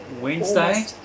Wednesday